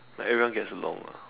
like everyone gets along ah